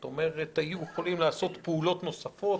זאת אומרת יכלו לעשות פעולות נוספות,